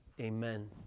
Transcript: Amen